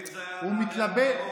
הוא מתלבט,